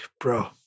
bro